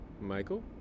Michael